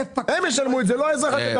הרמאים ישלמו את זה, לא האזרח הקטן.